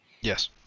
Yes